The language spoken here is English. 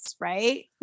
Right